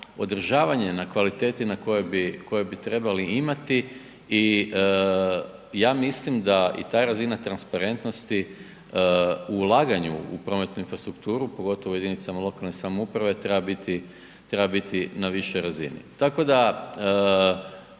na kvaliteti koju bi trebali imati i ja mislim da ta razina transparentnosti u ulaganju u prometnu infrastrukturu, pogotovo u jedinicama lokalne samouprave treba biti na višoj razini.